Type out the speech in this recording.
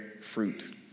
fruit